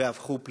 והפכו פליטים.